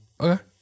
Okay